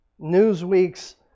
Newsweek's